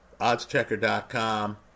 OddsChecker.com